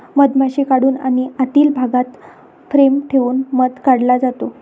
मधमाशी काढून आणि आतील भागात फ्रेम ठेवून मध काढला जातो